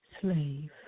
slave